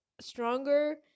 stronger